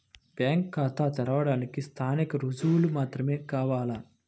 Bank ఖాతా తెరవడానికి స్థానిక రుజువులు మాత్రమే కావాలా?